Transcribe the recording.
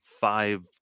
five